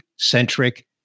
centric